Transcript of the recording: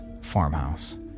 farmhouse